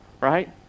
right